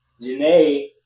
Janae